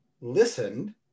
listened